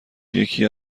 یکی